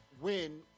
win